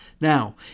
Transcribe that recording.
Now